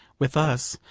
with us,